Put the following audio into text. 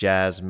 Jazz